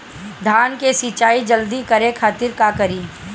धान के सिंचाई जल्दी करे खातिर का करी?